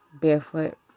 barefoot